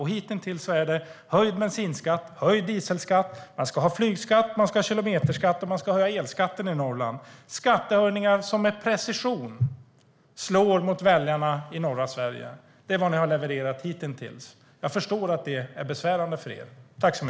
Hittills är det fråga om höjd bensinskatt, dieselskatt, flygskatt, kilometerskatt och höjd elskatt i Norrland. Det är skattehöjningar som med precision slår mot väljarna i norra Sverige. Det är vad ni har levererat hitintills. Jag förstår att det är besvärande för er.